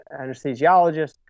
anesthesiologist